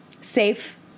safe